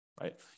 right